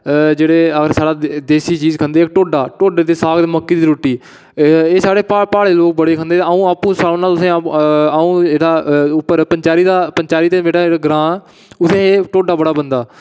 जेह्ड़ा साढ़े देसी चीज़ खंदे ढोडा ढोडे दा साग ते मक्के दी रोटी ते एह् साढ़े प्हाड़ें दे लोक मती खंदे ते अं'ऊ आपूं सनान्नां तुसें ई अं'ऊ यरा उप्पर पंचैरी चा जेह्ड़ा ग्रांऽ उत्थें जेह्ड़ा ढोडा बड़ा बनदा